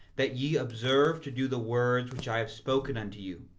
that ye observe to do the words which i have spoken unto you.